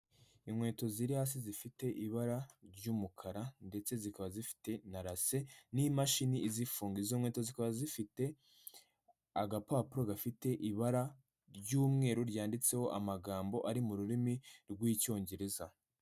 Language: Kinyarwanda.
Inkweto ziri hasi zifite ibara ry'umukara ndetse zikaba zifite na rase n'imashini izifunga, izo nkweto zikaba zifite agapapuro gafite ibara ry'umweru ryanditseho amagambo ari mu rurimi rw'icyongereza.